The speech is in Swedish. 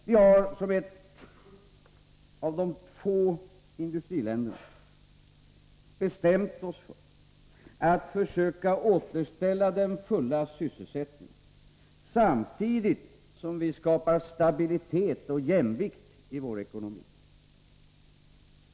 Vi har som ett av få industriländer bestämt oss för att försöka återställa den fulla sysselsättningen, samtidigt som vi skapar stabilitet och jämvikt i vår ekonomi.